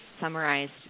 summarized